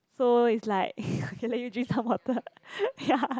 so it's like okay let you drink some water ya